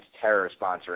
terror-sponsoring